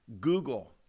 Google